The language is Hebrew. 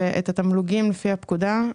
ואת התמלוגים לפי הפקודה,